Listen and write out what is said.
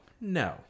No